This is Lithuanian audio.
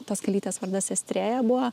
tos kalytės vardas estrėja buvo